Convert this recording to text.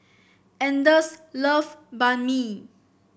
Anders love Banh Mi